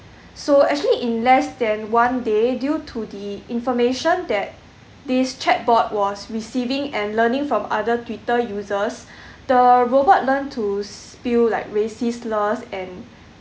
so actually in less than one day due to the information that these chat bot was receiving and learning from other twitter users the robot learn to spill like racist slurs and